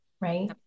right